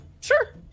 sure